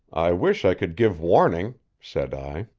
i wish i could give warning, said i,